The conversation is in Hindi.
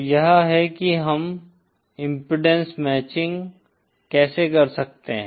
तो यह है कि हम इम्पीडेन्स मैचिंग गले की ध्वनि कैसे कर सकते हैं